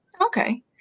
Okay